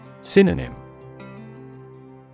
Synonym